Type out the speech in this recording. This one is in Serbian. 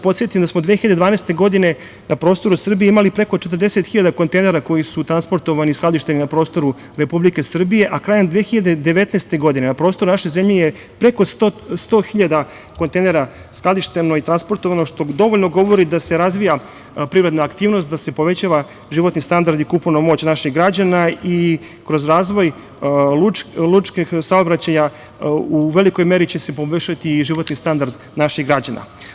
Podsetiću vas, da smo 2012. godine, na prostoru Srbije, imali preko 40 hiljada kontenjera koji su transportovani, skladišteni na prostoru Republike Srbije, a krajem 2019. godine na prostoru naše zemlje je preko 100 hiljada kontenjera skladišteno i transportovano, što dovoljno govori da se razvija privredna aktivnost, da se povećava životni standard i kupovna moć naših građana i kroz razvoj lučkih saobraćaja, u velikoj meri će se poboljšati i životni standard naših građana.